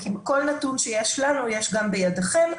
כל נתון שיש לנו - יש גם בידיכם.